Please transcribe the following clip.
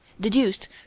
deduced